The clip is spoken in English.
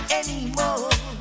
anymore